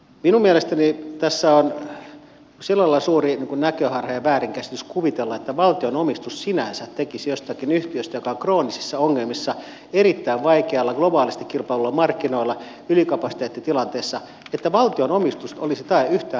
minun mielestäni tässä on sillä lailla suuri näköharha ja väärinkäsitys kuvitella että valtion omistus sinänsä jossakin yhtiössä joka kroonisissa ongelmissa erittäin vaikeilla globaalisti kilpailuilla markkinoilla ylikapasiteettitilanteessa olisi tae yhtään mistään